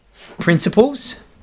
principles